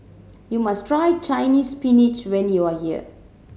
you must try Chinese Spinach when you are here